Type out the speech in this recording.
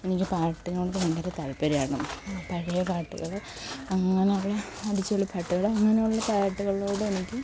എനിക്ക് പാട്ടിനോട് ഭയങ്കര താൽപ്പര്യമാണ് പഴയ പാട്ടുകൾ അങ്ങനെ അടിച്ചുപൊളി പാട്ടുകൾ അങ്ങനെയുള്ള പാട്ടുകളോട് എനിക്ക്